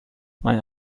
man